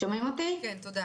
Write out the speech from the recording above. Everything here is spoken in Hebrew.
אני רוצה להגיד